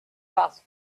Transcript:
passed